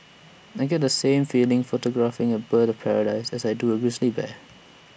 I get the same feeling photographing A bird of paradise as I do A grizzly bear